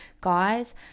guys